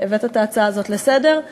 שהבאת את ההצעה הזאת לסדר-היום.